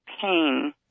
pain